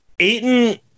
Aiton